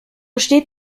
steht